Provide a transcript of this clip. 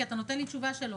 כי אתה נותן לי תשובה שלא.